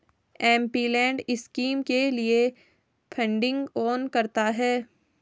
MPLAD scheme के लिए funding कौन करता है?